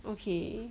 okay